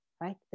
right